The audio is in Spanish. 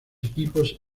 equipos